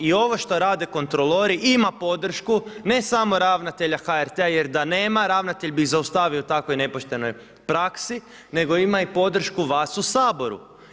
I ovo što rade kontrolori ima podršku ne samo ravnatelja HRT-a, jer da nema ravnatelj bi zaustavio takvoj nepoštenoj praksi, nego ima i podršku vas u Saboru.